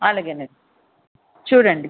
అలాగేనండి చూడండి